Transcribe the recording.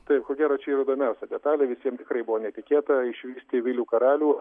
taip ko gero čia yra įdomiausia detalė visiems tikrai buvo netikėta išvysti vilių karalių